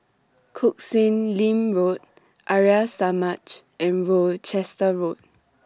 Koh Sek Lim Road Arya Samaj and Worcester Road